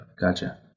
Gotcha